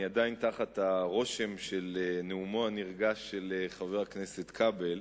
אני עדיין תחת הרושם של נאומו הנרגש של חבר הכנסת כבל,